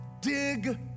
Dig